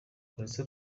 police